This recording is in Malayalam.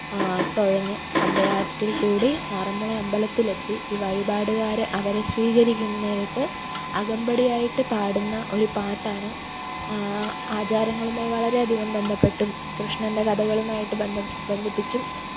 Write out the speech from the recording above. തുഴഞ്ഞ് പമ്പയാറ്റില്ക്കൂടി ആറന്മുള്ള അമ്പലത്തിലെത്തി ഈ വഴിപാടുകാർ അവരെ സ്വീകരിക്കും നേരത്ത് അകമ്പടിയായിട്ട് പാടുന്ന ഒരു പാട്ടാണ് ആചാരങ്ങളുമായി വളരെ അധികം ബന്ധപ്പെട്ടും കൃഷ്ണന്റെ കഥകളുമായിട്ട് ബന്ധം ബന്ധിപ്പിച്ചും